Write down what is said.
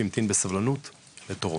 שהמתין בסבלנות לתורו.